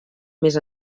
més